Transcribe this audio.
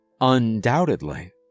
Undoubtedly